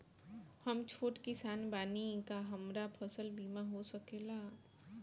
हम छोट किसान बानी का हमरा फसल बीमा हो सकेला?